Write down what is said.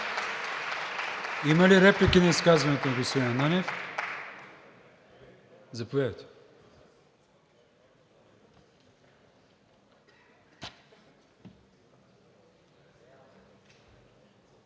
Има ли реплики на изказването на господин Ананиев? Заповядайте.